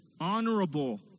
honorable